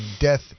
death